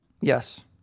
Yes